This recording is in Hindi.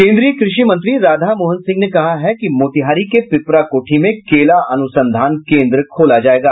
केन्द्रीय कृषि मंत्री राधामोहन सिंह ने कहा है कि मोतिहारी के पीपराकोठी में केला अनुसंधान केन्द्र खोला जायेगा